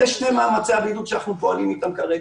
אלה שני מאמצי הבידוד שאנחנו פועלים בהם כרגע: